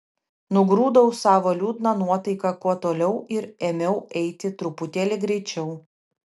nugrūdau savo liūdną nuotaiką kuo toliau ir ėmiau eiti truputėlį greičiau